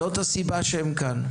זאת הסיבה שבגללה הם כאן.